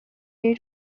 day